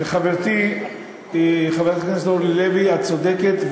חברתי חברת הכנסת אורלי לוי, את צודקת.